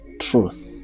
truth